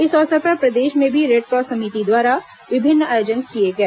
इस अवसर पर प्रदेश में भी रेडकॉस समिति द्वारा विभिन्न आयोजन किए गए